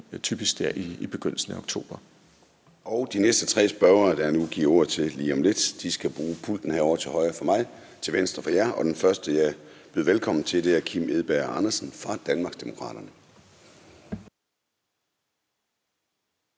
09:36 Formanden (Søren Gade): De næste tre spørgere, som jeg giver ordet til lige om lidt, skal bruge pulten her ovre til højre for mig – og dermed altså til venstre for jer. Den første, jeg byder velkommen til, er Kim Edberg Andersen fra Danmarksdemokraterne.